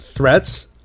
threats